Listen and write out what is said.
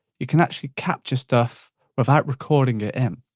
you can actually capture stuff without recording it in.